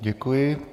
Děkuji.